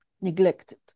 neglected